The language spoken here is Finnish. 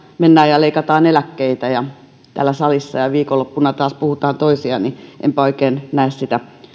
mennään ja leikataan eläkkeitä täällä salissa ja viikonloppuna taas puhutaan toista niin enpä oikein näe sitä